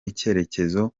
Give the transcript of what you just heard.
icyitegererezo